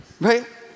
Right